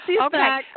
Okay